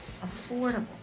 affordable